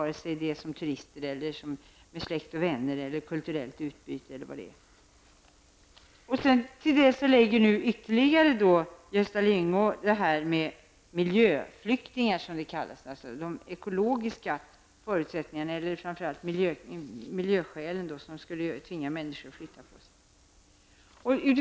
Det kan gälla turister, släkt och vänner, kulturellt utbyte osv. Till detta kommer, som Gösta Lyngå sade, s.k. miljöflyktingar. De ekologiska förutsättningarna och framför allt miljöskälen skulle tvinga människor att flytta.